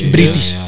British